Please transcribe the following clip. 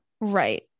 Right